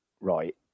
right